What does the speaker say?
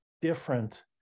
different